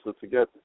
together